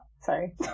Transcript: Sorry